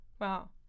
Wow